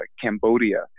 Cambodia